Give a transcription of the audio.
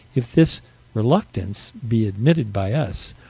if this reluctance be admitted by us,